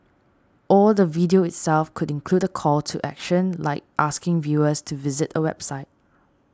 or the video itself could include a call to action like asking viewers to visit a website